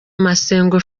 masengo